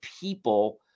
people